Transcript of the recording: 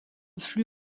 flux